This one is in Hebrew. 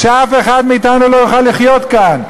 שאף אחד מאתנו לא יוכל לחיות כאן.